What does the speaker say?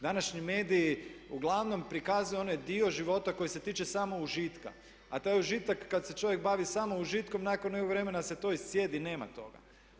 Današnji mediji uglavnom prikazuju onaj dio života koji se tiče samo užitka a taj užitak kada se čovjek bavi samo užitkom nakon nekog vremena se to iscijedi, nema toga.